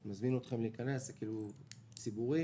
אני מזמין אתכם להיכנס, זה ציבורי